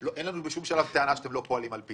אין לנו בשום שלב טענה שאתם לא פועלים על פי דין,